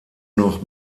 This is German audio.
noch